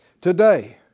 today